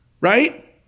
Right